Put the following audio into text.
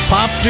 Pop